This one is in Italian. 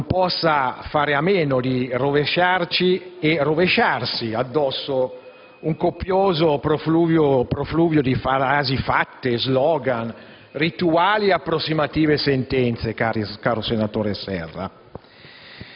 non possa fare a meno di rovesciarci, e rovesciarsi, addosso un copioso profluvio di frasi fatte*, slogan*, rituali e approssimative sentenze, caro senatore Serra.